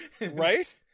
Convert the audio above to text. Right